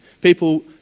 People